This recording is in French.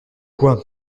quoi